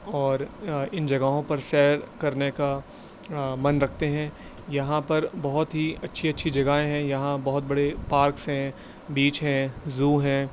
اور ان جگہوں پر سیر کرنے کا من رکھتے ہیں یہاں پر بہت ہی اچھی اچھی جگہیں ہیں یہاں بہت بڑے پارکس ہیں بیچ ہے زو ہے